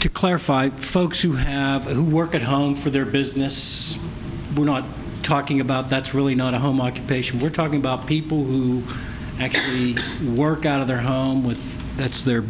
to clarify folks who have who work at home for their business we're not talking about that's really not a home occupation we're talking about people who work out of their home with that's the